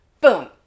boom